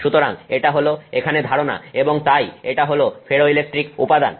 সুতরাং এটা হল এখানে ধারণা এবং তাই এটা হল ফেরোইলেকট্রিক উপাদান